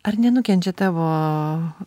ar nenukenčia tavo